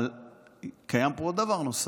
אבל קיים פה עוד דבר נוסף.